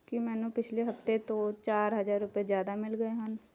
ਕੀ ਮੈਨੂੰ ਪਿਛਲੇ ਹਫ਼ਤੇ ਤੋਂ ਚਾਰ ਹਜ਼ਾਰ ਰੁਪਏ ਜ਼ਿਆਦਾ ਮਿਲ ਗਏ ਹਨ